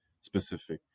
specific